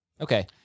Okay